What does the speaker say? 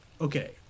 okay